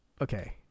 Okay